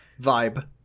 vibe